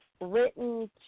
written